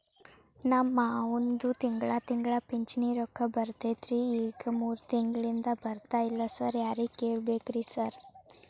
ನಮ್ ಮಾವಂದು ತಿಂಗಳಾ ತಿಂಗಳಾ ಪಿಂಚಿಣಿ ರೊಕ್ಕ ಬರ್ತಿತ್ರಿ ಈಗ ಮೂರ್ ತಿಂಗ್ಳನಿಂದ ಬರ್ತಾ ಇಲ್ಲ ಸಾರ್ ಯಾರಿಗ್ ಕೇಳ್ಬೇಕ್ರಿ ಸಾರ್?